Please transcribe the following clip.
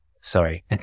sorry